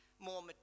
more